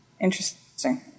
interesting